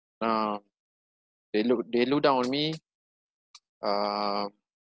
uh they look they look down on me uh